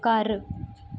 ਘਰ